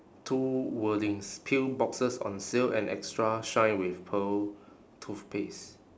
two wordings pill boxes on sale and extra shine with pearl toothpaste